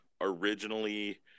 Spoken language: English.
originally